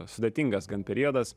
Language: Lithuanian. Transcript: sudėtingas gan periodas